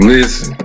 Listen